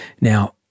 Now